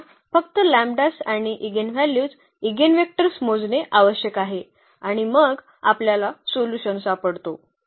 आपल्याला फक्त लँबडॅस आणि इगेनव्ह्ल्यूज इगेनवेक्टर्स मोजणे आवश्यक आहे आणि मग आपल्याला सोल्युशन सापडतो